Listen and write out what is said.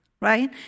right